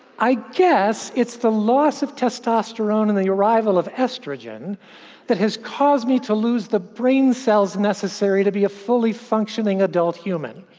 i guess it's the loss of testosterone and the arrival of estrogen that has caused me to lose the brain cells necessary to be a fully functioning adult human.